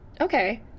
Okay